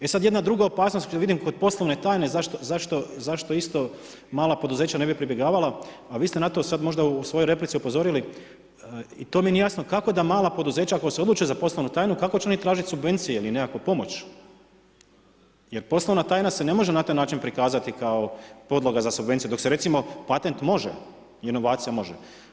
E sad jedna druga opasnost koju vidim kod poslovne tajne zašto isto mala poduzeća ne bi pribjegavala, a vi ste na to sad možda u svojoj replici upozorili, to mi nije jasno, kako da mala poduzeća koja se odluče za poslovnu tajnu, kako će oni tražiti subvencije ili nekakvu pomoć jer poslovna tajna se ne može na taj način prikazati kao podloga za subvencije dok se recimo patent može i inovacija može.